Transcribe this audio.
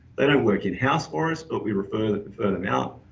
they don't work in-house for us, but we refer them refer them out.